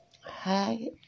Hi